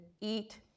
eat